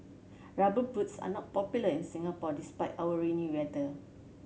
Rubber Boots are not popular in Singapore despite our rainy weather